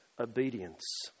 obedience